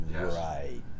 Right